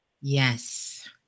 yes